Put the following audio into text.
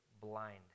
blind